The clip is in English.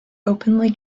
openly